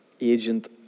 agent